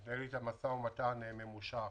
מתנהל איתן משא ומתן ממושך.